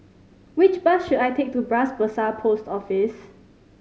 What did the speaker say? which bus should I take to Bras Basah Post Office